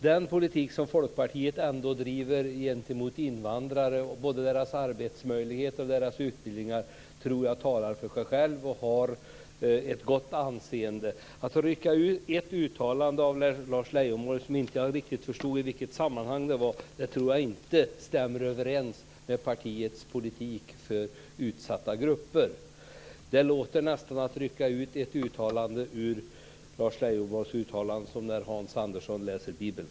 Den politik som Folkpartiet driver gentemot invandrare och deras arbetsmöjligheter och deras utbildningar tror jag talar för sig själv. Den har ett gott anseende. Att rycka ut ett uttalande av Lars Leijonborg - jag förstod inte i vilket sammanhang han sagt det - tror jag inte stämmer överens med partiets politik för utsatta grupper. Att rycka ut ett uttalande av Lars Leijonborg på det sättet låter nästan som när Hans Andersson läser Bibeln.